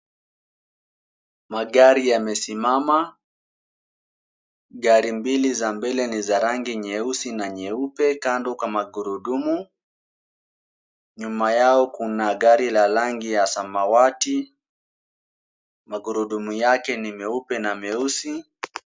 Magari yamesimama, gari mbili za mbele ni za rangi nyeusi na nyeupe. Kando kuna magurudumu, nyuma yao kuna gari la rangi ya samawati, magurudumu yake ni meupe na meusi.